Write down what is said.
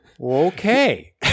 okay